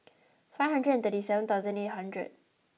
five hundred and thirty seven thousand eight hundred